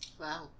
Wow